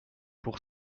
pour